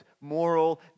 moral